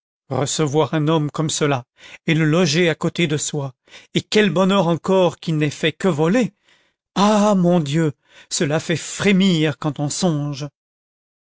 recevoir un homme comme cela et le loger à côté de soi et quel bonheur encore qu'il n'ait fait que voler ah mon dieu cela fait frémir quand on songe